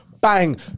Bang